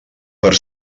per